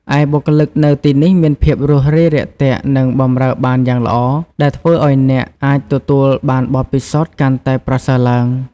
ឯបុគ្គលិកនៅទីនេះមានភាពរួសរាយរាក់ទាក់ និងបម្រើបានយ៉ាងល្អ ដែលធ្វើឱ្យអ្នកអាចទទួលបានបទពិសោធន៍កាន់តែប្រសើរឡើង។